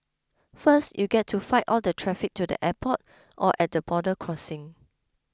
first you get to fight all the traffic to the airport or at the border crossing